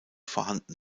vorhanden